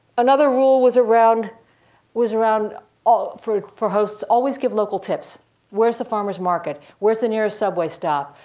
another rule was around was around ah for for hosts, always give local tips where's the farmer's market? where's the nearest subway stop